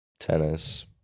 Tennis